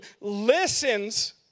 listens